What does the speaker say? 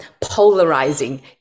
polarizing